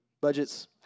budgets